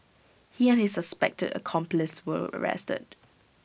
he and his suspected accomplice were arrested